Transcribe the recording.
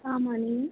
ஆமாம் நீங்கள்